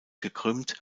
gekrümmt